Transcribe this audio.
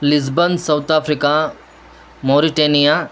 Lisbon South Africa Mauritania